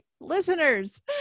listeners